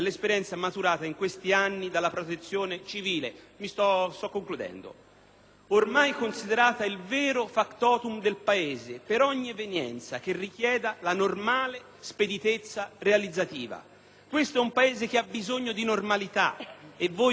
ormai considerata il vero factotum del Paese per ogni evenienza che richieda la normale speditezza realizzativa. Questo è un Paese che ha bisogno di normalità e voi invece tendete ad attribuire a ogni provvedimento il carattere dell'eccezionalità,